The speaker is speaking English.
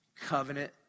covenant